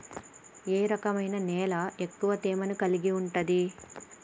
ఏ రకమైన నేల ఎక్కువ తేమను కలిగుంటది?